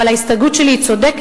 אבל ההסתייגות שלי היא צודקת,